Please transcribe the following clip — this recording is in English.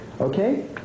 Okay